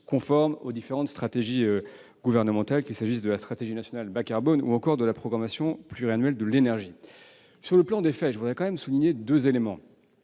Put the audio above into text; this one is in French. conformer aux différentes stratégies gouvernementales, qu'il s'agisse de la stratégie nationale bas carbone ou de la programmation pluriannuelle de l'énergie. Sur le plan des faits, je voudrais souligner que,